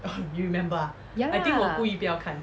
ya lah